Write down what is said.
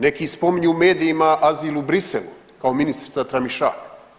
Neki spominju medijima azil u Bruxellesu kao ministrica Tramišak.